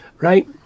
right